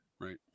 Right